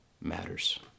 matters